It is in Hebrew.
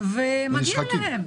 ומגיע להם.